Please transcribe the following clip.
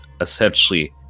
essentially